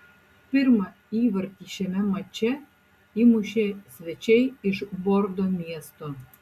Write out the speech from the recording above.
pirmą įvartį šiame mače įmušė svečiai iš bordo miesto